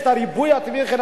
יש ריבוי טבעי,